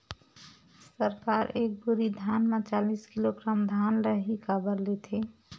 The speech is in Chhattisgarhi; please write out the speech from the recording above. सरकार एक बोरी धान म चालीस किलोग्राम धान ल ही काबर लेथे?